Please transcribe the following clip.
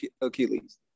Achilles